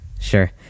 sure